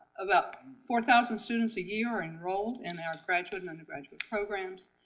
about four thousand students a year are enrolled in our graduate and undergraduate programs.